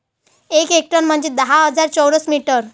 एक हेक्टर म्हंजे दहा हजार चौरस मीटर